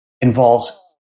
involves